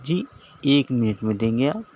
جی ایک منٹ میں دیں گے آپ